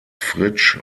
fritsch